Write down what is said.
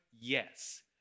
Yes